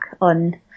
on